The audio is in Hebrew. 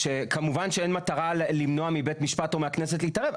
שכמובן שאין מטרה למנוע מבית משפט או מהכנסת להתערב,